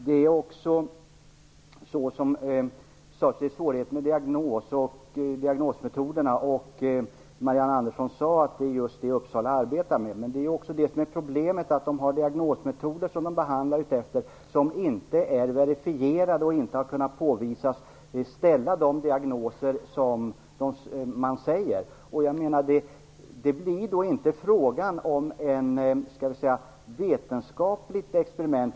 Det är svårigheter med de diagnosmetoder som Marianne Andersson sade att man just i Uppsala arbetar med. Men det är också det som är problemet. De har diagnosmetoder, som de behandlar utifrån, som inte är verifierade och som inte har kunnat påvisas ställa de diagnoser som man säger att de gör. Det blir då inte fråga om ett vetenskapligt experiment.